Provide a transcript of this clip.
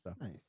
Nice